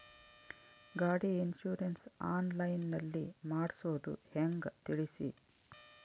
ಗಾಡಿ insurance online ನಲ್ಲಿ ಮಾಡ್ಸೋದು ಹೆಂಗ ತಿಳಿಸಿ?